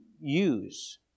use